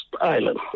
Island